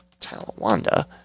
Talawanda